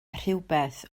rhywbeth